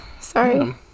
Sorry